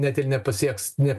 net ir nepasieks ne